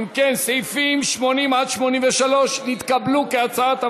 אם כן, סעיפים 80 83 נתקבלו, כהצעת הוועדה.